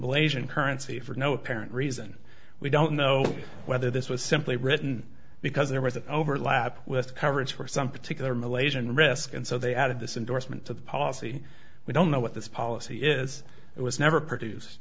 malaysian currency for no apparent reason we don't know whether this was simply written because there was an overlap with coverage for some particular malaysian risk and so they added this indorsement to the policy we don't know what this policy is it was never produced